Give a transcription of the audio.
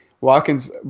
Watkins